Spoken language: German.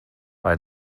bei